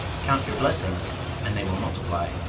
count your blessings and they will multiply.